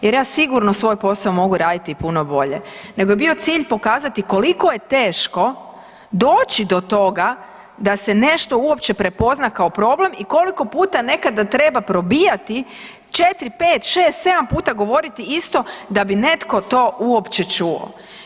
Jer ja sigurno svoj posao mogu raditi puno bolje, nego je bio cilj pokazati koliko je teško doći do toga da se nešto uopće prepozna kao problem i koliko puta nekada treba probijati četiri, pet, šest, sedam puta govoriti isto da bi netko to uopće čuo.